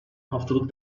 haftalık